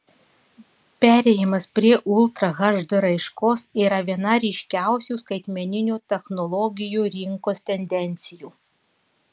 perėjimas prie ultra hd raiškos yra viena ryškiausių skaitmeninių technologijų rinkos tendencijų